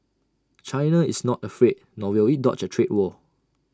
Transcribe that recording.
China is not afraid nor will IT dodge A trade war